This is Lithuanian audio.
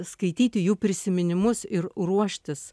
skaityti jų prisiminimus ir ruoštis